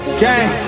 gang